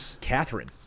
Catherine